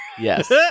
yes